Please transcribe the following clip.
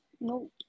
Nope